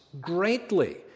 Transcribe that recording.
greatly